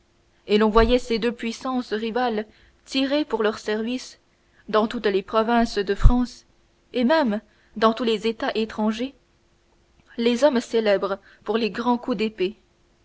et l'on voyait ces deux puissances rivales trier pour leur service dans toutes les provinces de france et même dans tous les états étrangers les hommes célèbres pour les grands coups d'épée